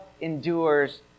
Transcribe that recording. endures